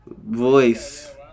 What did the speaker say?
voice